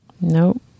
Nope